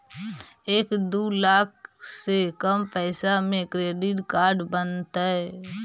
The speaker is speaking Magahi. एक दू लाख से कम पैसा में क्रेडिट कार्ड बनतैय?